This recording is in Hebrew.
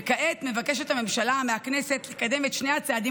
וכעת מבקשת הממשלה מהכנסת לקדם את שני הצעדים